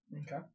Okay